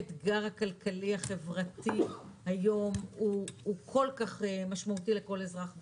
האתגר הכלכלי החברתי היום הוא כל כך משמעותי לכל אזרח במדינה.